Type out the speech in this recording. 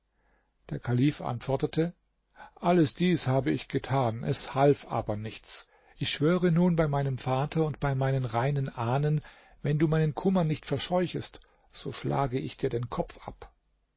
der kalif antwortete alles dies habe ich getan es half aber nichts ich schwöre nun bei meinem vater und bei meinen reinen ahnen wenn du meinen kummer nicht verscheuchest so schlage ich dir den kopf ab